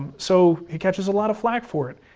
so he catches a lot of flack for it.